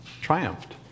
triumphed